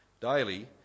Daily